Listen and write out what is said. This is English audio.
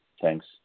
Thanks